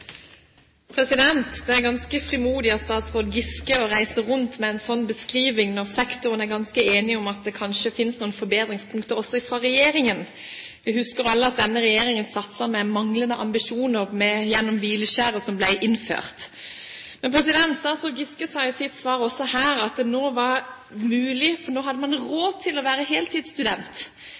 Det er ganske frimodig av statsråd Giske å reise rundt med en sånn beskrivelse når sektoren er ganske enig om at det kanskje finnes noen forbedringspunkter også fra regjeringens side. Vi husker alle at denne regjeringen satset – med manglende ambisjoner, gjennom hvileskjæret som ble innført. Statsråd Giske sa i sitt svar også her at det nå var mulig å være heltidsstudent, for nå hadde man råd til